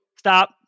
stop